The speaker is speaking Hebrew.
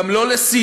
גם לא לסין,